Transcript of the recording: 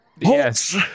yes